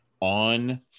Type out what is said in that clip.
on